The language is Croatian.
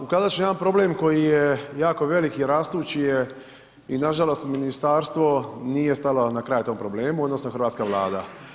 Ukazat ću jedan problem koji je jako veliki, rastući je i nažalost ministarstvo nije stalo na kraj tom problemu odnosno hrvatska Vlada.